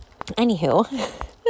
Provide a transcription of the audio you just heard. Anywho